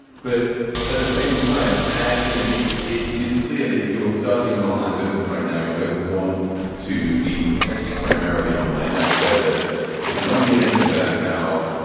but at the same time, you know, if it's clear that if you were starting an online business right now, you're going to want to be primarily online, that's where the big money is. you know, that's how.